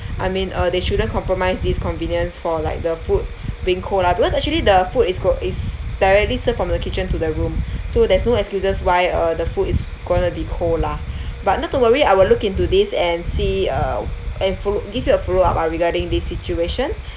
I mean uh they shouldn't compromise these convenience for like the food being cold lah because actually the food is co~ is directly served from the kitchen to the room so there's no excuses why uh the food is gonna be cold lah but not to worry I will look into this and see uh and fo~ and give you a follow up ah regarding this situation